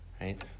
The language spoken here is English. right